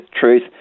truth